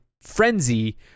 frenzy